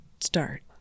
start